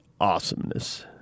awesomeness